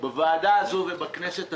בוועדה הזו ובכנסת עצמה,